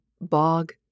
bog